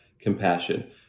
compassion